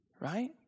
Right